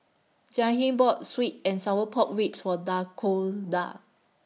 Jahiem bought Sweet and Sour Pork Ribs For Dakoda